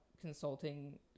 consulting